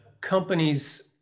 companies